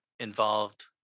involved